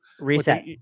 reset